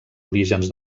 orígens